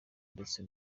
ndetse